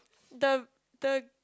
the the